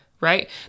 right